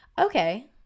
Okay